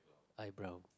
eyebrow